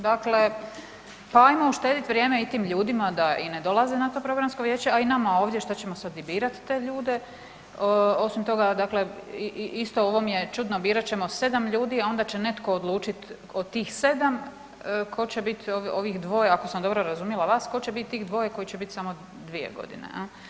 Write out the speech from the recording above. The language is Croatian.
Dakle, pa ajmo uštedit vrijeme i tim ljudima da i ne dolaze na to Programsko vijeće, a i nama ovdje šta ćemo sad i birat te ljude, osim toga isto ovo mi je čudno birat ćemo sedam ljudi, a onda će netko odlučit od tih sedam tko će biti ovih dvoje, ako sam dobro razumila vas, tko će biti tih dvoje koji će biti samo dvije godine.